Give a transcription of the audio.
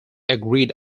agreed